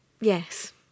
yes